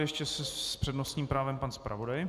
Ještě s přednostním právem pan zpravodaj.